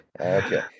Okay